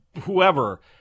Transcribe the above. whoever